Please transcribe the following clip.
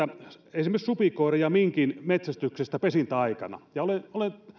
esimerkiksi supikoiran ja minkin metsästyksestä pesintäaikana ja olen olen